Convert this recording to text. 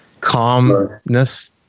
calmness